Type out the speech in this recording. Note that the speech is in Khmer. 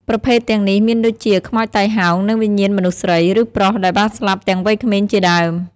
ប្រភេទទាំងនេះមានដូចជា ខ្មោចតៃហោង និងវិញ្ញាណមនុស្សស្រី ឬប្រុសដែលបានស្លាប់ទាំងវ័យក្មេងជាដើម។